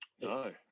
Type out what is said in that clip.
No